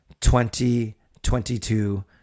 2022